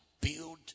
build